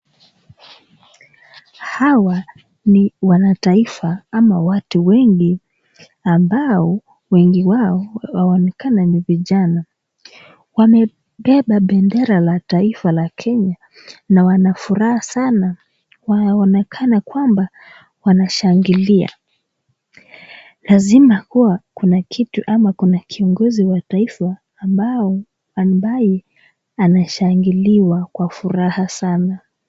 Hawa ni wanataifa ama watu wengi ambao wengi wao wanaonekana ni vijana. Wamebeba bendera la taifa la Kenya na wana furaha sana, wanaonekana kwamba wanashangilia. Lazima kuwa kuna kitu ama kuna kiongozi wa taifa ambao ambaye anashangiliwa kwa furaha sana.